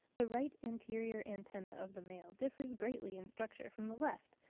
the right anterior antenna of the male differs greatly in structure from the left,